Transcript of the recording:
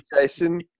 Jason